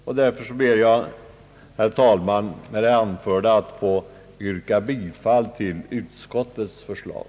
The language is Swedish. Jag ber, herr talman, att med det anförda få yrka bifall till utskottets förslag.